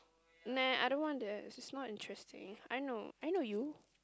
meh I don't want this it's not interesting I know I know you